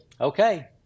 okay